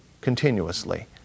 continuously